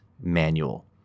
manual